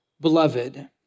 beloved